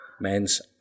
Men's